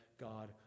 God